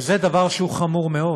וזה דבר שהוא חמור מאוד.